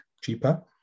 cheaper